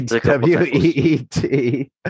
W-E-E-T